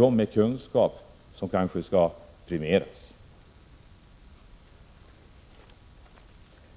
Det är kanske personer med kunskap som skall premieras.